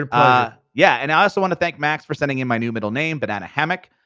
um ah yeah, and i also want to thank max for sending in my new middle name, banana hammock,